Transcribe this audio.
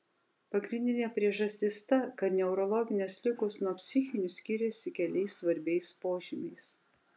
pagrindinė priežastis ta kad neurologinės ligos nuo psichinių skiriasi keliais svarbiais požymiais